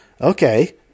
Okay